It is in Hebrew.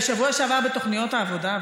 בשבוע שעבר בתוכניות העבודה,